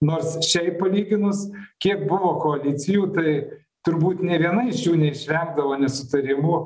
nors šiaip palyginus kiek buvo koalicijų tai turbūt nė viena iš jų neišvengdavo nesutarimų